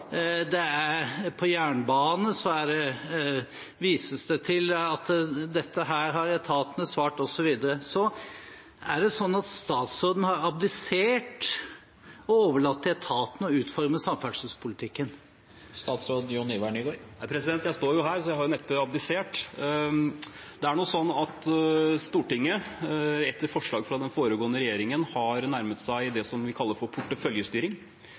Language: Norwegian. vises det til hva etatene har svart, osv. Så er det slik at statsråden har abdisert og overlatt til etatene å utforme samferdselspolitikken? Jeg står jo her, så jeg har neppe abdisert. Det er slik at Stortinget, etter forslag fra den foregående regjeringen, har nærmet seg det vi kaller porteføljestyring.